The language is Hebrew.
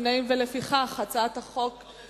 הרווחה והבריאות לשינוי התקנון האחיד),